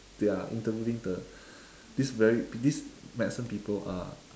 they are interviewing the these very these medicine people are